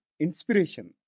Inspiration